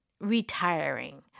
retiring